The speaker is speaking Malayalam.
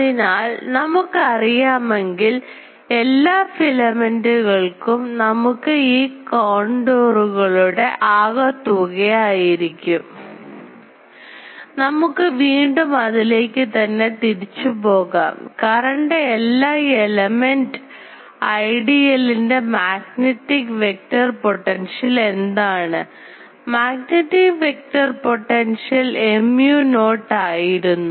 അതിനാൽ നമുക്കറിയാമെങ്കിൽ എല്ലാ ഫിലമെന്റുകൾക്കും നമുക്ക് ഈ കോണ്ടറുകളുടെ ആകെത്തുകയായിരിക്കും നമുക്ക് വീണ്ടും അതിലേക്കു തന്നെ തിരിച്ചു പോകാം കറണ്ട് എല്ലാ element Idl ൻറെ മാഗ്നെറ്റിക് വെക്റ്റർ പൊട്ടൻഷ്യൽ എന്താണ് magnetic vector potential mu not ആയിരുന്നു